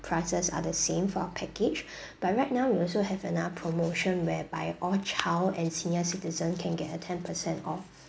prices are the same for our package but right now we also have another promotion whereby all child and senior citizen can get a ten percent off